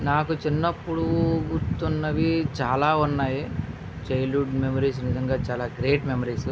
నాకు చిన్నప్పుడు గుర్తున్నవి చాలా ఉన్నాయి చైల్డ్ హుడ్ మెమరీస్ నిజంగా చాలా గ్రేట్ మెమరీస్